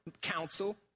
council